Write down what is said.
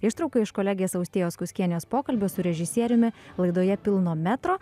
ištrauka iš kolegės austėjos koskienės pokalbio su režisieriumi laidoje pilno metro